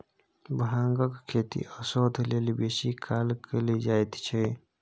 भांगक खेती औषध लेल बेसी काल कएल जाइत छै